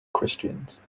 christians